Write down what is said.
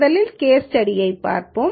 முதலில் கேஸ் ஸ்டடியைப் பார்ப்போம்